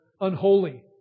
unholy